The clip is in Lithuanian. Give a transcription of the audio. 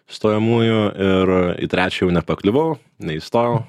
stojamųjų ir į trečią jau nepakliuvau neįstojau